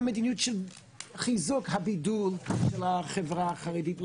מדיניות של חיזוק הבידול של החברה החרדית,